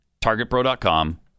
TargetPro.com